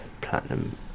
platinum